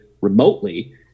remotely